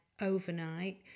overnight